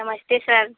नमस्ते सर